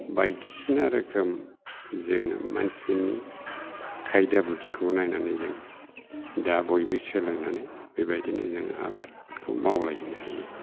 बायदिसिना रोखोम जोङो मानसिफोरनि खायदा बुध्दिखौ नायनानै जों दा बयबो सोलोंनानै बेबायदिनो जों आबादखौ मावलायनो हायो